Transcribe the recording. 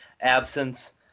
absence